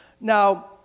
Now